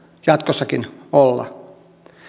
jatkossa olla